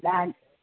ॾान